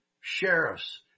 sheriffs